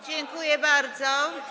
Dziękuję bardzo.